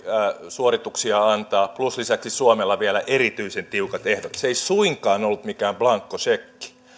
suorituksia antaa plus lisäksi suomella vielä erityisen tiukat ehdot se ei suinkaan ollut mikään blanko sekki